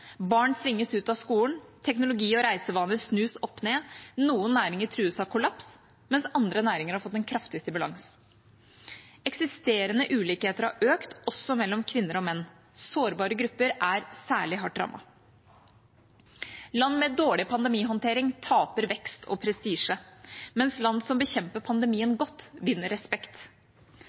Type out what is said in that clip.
barn tvinges ut av skolen, teknologi- og reisevaner snus opp ned, noen næringer trues av kollaps, mens andre næringer har fått en kraftig stimulans. Eksisterende ulikheter har økt, også mellom kvinner og menn. Sårbare grupper er særlig hardt rammet. Land med dårlig pandemihåndtering taper vekst og prestisje, mens land som bekjemper pandemien godt, vinner respekt.